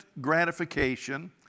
gratification